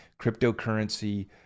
cryptocurrency